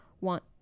want